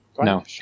No